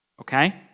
Okay